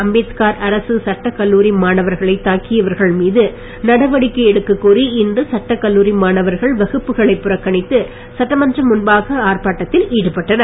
அம்பேத்கார் அரசு சட்டக் கல்லூரி மாணவர்களைத் தாக்கியவர்கள் மீது நடவடிக்கை எடுக்கக் கோரி இன்று சட்டக் கல்லூரி மாணவர்கள் வகுப்புகளைப் புறக்கணித்து சட்டமன்றம் முன்பாக ஆர்ப்பாட்டத்தில் ஈடுபட்டனர்